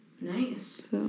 Nice